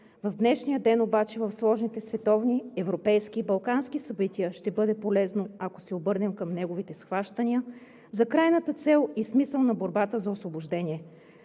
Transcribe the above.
В днешния ден обаче в сложните световни, европейски и балкански събития ще бъде полезно, ако се обърнем към неговите схващания за крайната цел и смисъла на борбата за Освобождение.